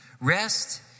Rest